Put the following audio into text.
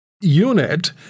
unit